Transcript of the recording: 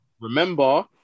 Remember